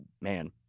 man